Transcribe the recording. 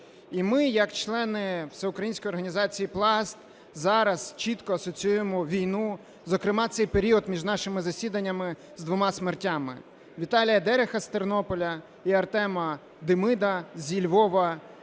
І ми як члени Всеукраїнської організації "Пласт" зараз чітко асоціюємо війну, зокрема цей період між нашими засіданнями, з двома смертями – Віталія Дереха з Тернополя і Артема Димида зі Львова,